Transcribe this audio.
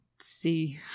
See